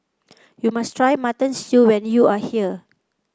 you must try Mutton Stew when you are here